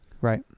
Right